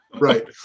Right